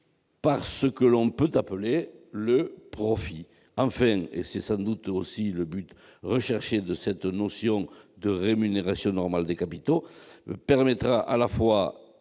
par ce qu'on peut appeler le profit. Enfin, et c'est sans doute aussi le but recherché, cette notion de « rémunération normale des capitaux » permettra à la fois